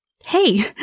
Hey